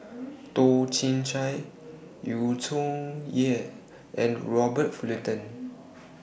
Toh Chin Chye Yu Zhuye and Robert Fullerton